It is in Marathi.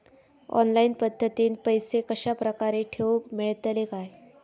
ऑनलाइन पद्धतीन पैसे कश्या प्रकारे ठेऊक मेळतले काय?